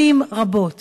שנים רבות,